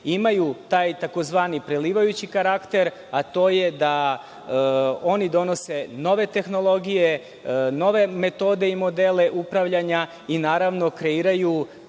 imaju taj tzv. prelivajući karakter. To je da oni donose nove tehnologije, nove metode i modele upravljanja i naravno kreiraju